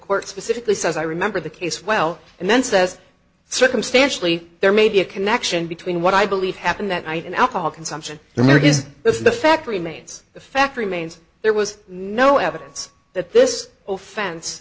specifically says i remember the case well and then says circumstantially there may be a connection between what i believe happened that night and alcohol consumption there is the fact remains the fact remains there was no evidence that this whole fence